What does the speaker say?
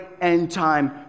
end-time